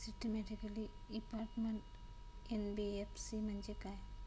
Systematically important NBFC म्हणजे काय?